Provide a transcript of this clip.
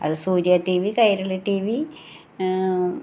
അത് Surya TV Kairali TV